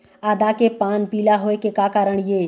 आदा के पान पिला होय के का कारण ये?